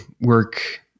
work